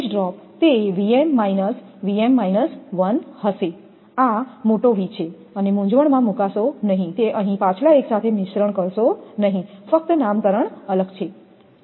આ મોટો V છે અને મૂંઝવણમાં મૂકાશો નહીં તે અહીં પાછલા એક સાથે મિશ્રણ કરશો નહીં ફક્ત નામકરણ અલગ છે